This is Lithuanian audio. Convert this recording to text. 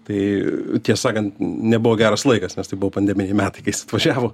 tai tiesa sakant nebuvo geras laikas nes tai buvo pandeminiai metai kai jis atvažiavo